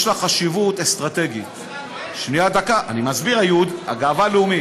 אני באמת שמח על כך שחבר הכנסת דיכטר הגיש אותו וקידם אותו,